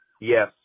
Yes